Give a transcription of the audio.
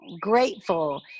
grateful